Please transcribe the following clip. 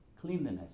cleanliness